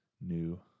new